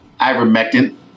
ivermectin